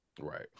Right